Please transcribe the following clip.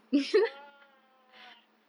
!wah!